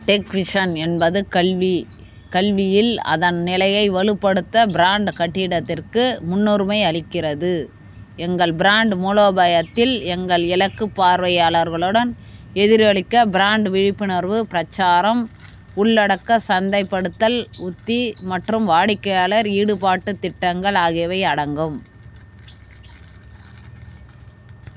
tech vision என்பது கல்வி கல்வியில் அதன் நிலையை வலுப்படுத்த ப்ராண்ட் கட்டிடத்திற்கு முன்னுரிமை அளிக்கிறது எங்கள் ப்ராண்ட் மூலோபாயத்தில் எங்கள் இலக்கு பார்வையாளர்களுடன் எதிரொலிக்க ப்ராண்ட் விழிப்புணர்வு பிரச்சாரம் உள்ளடக்க சந்தைப்படுத்தல் உத்தி மற்றும் வாடிக்கையாளர் ஈடுபாட்டுத் திட்டங்கள் ஆகியவை அடங்கும்